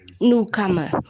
newcomer